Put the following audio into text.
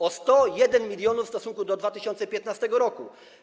O 101 mln w stosunku do 2015 r.